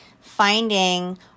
finding